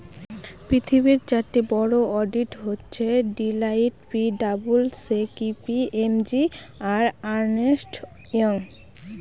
পৃথিবীর চারটি বড়ো অডিট হচ্ছে Deloitte P W C K P M G আর আর্নেস্ট ইয়ং